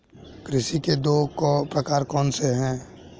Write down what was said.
कृषि के दो प्रकार कौन से हैं?